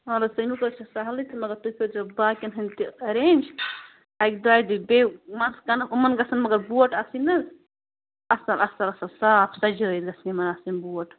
وَل حظ تیٚمیُک حظ چھِ سہلٕے تہٕ مطلب تُہۍ کٔرۍ زیو باقیَن ہٕنٛدۍ تہٕ اٮ۪رینٛج اَکہِ دۄیہِ دُے بیٚیہِ یِمَن گژھَن مگر بوٹ آسٕنۍ حظ اَصٕل اَصٕل اَصٕل صاف سجٲوِتھ گژھَن یِمَن آسٕنۍ بوٹ